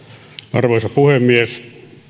arvoisa puhemies